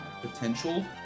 potential